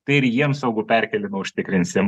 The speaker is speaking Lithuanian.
tai ir jiems saugų perkėlimą užtikrinsim